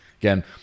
Again